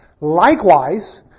Likewise